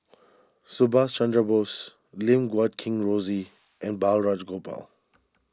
Subhas Chandra Bose Lim Guat Kheng Rosie and Balraj Gopal